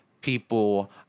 people